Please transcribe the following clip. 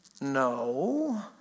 No